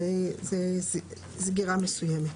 זה סגירה מסוימת.